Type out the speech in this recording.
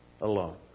alone